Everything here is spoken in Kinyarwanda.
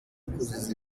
kuzuza